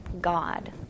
God